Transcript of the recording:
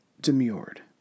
demurred